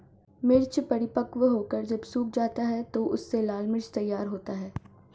मिर्च परिपक्व होकर जब सूख जाता है तो उससे लाल मिर्च तैयार होता है